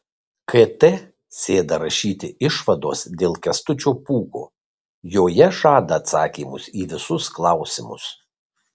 kt sėda rašyti išvados dėl kęstučio pūko joje žada atsakymus į visus klausimus